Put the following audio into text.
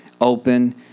open